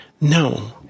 No